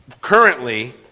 currently